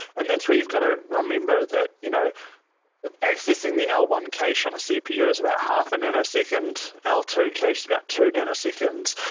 and that's where you've got to remember that you know accessing the l one cache on a cpu is about half a nanosecond, l two cache, about two nanoseconds.